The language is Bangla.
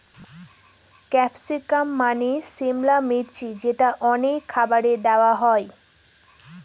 ক্যাপসিকাম মানে সিমলা মির্চ যেটা অনেক খাবারে দেওয়া হয়